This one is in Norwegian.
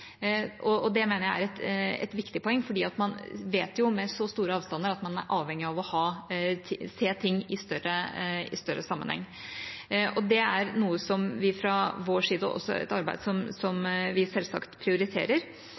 Det mener jeg er et viktig poeng, for man vet jo at med så store avstander er man avhengig av å se ting i større sammenheng. Det er et arbeid vi fra vår side selvsagt prioriterer. Når vi jobber med disse spørsmålene for å se det mest mulig helhetlig, er det også